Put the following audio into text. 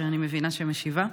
שאני מבינה שמשיבה.